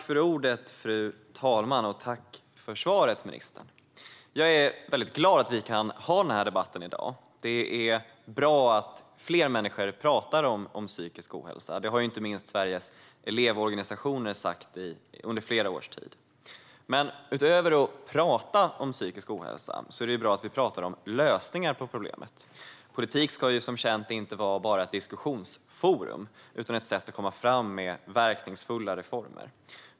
Fru talman! Tack, ministern, för svaret! Jag är väldigt glad över att vi kan ha den här debatten i dag. Det är bra att fler människor pratar om psykisk ohälsa. Detta har inte minst Sveriges elevorganisationer sagt under flera års tid. Men utöver att bara prata om psykisk ohälsa behöver vi tala om lösningar på problemet. Politik ska inte bara vara ett diskussionsforum utan ett sätt att komma fram med verkningsfulla reformer.